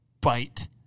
bite